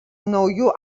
naujų